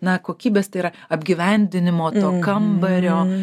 na kokybės tai yra apgyvendinimo to kambario